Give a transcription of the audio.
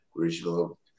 original